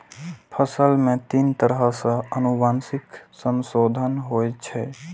फसल मे तीन तरह सं आनुवंशिक संशोधन होइ छै